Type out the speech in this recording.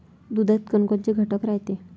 दुधात कोनकोनचे घटक रायते?